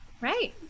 Right